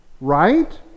right